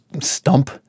stump